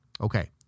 Okay